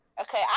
okay